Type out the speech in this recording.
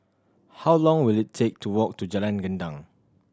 how long will it take to walk to Jalan Gendang